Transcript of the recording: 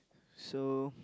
so